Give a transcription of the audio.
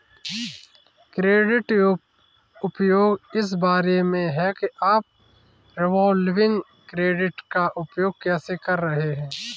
credit उपयोग इस बारे में है कि आप रिवॉल्विंग क्रेडिट का उपयोग कैसे कर रहे हैं